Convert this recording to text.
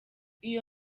iyo